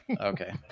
okay